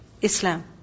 Islam